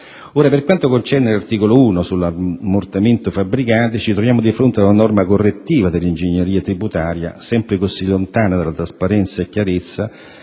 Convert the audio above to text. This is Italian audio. Per quanto concerne l'articolo 1 sull'ammortamento fabbricati, ci troviamo di fronte ad una norma correttiva dell'ingegneria tributaria, sempre così lontana dalla trasparenza e chiarezza,